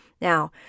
Now